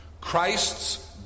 Christ's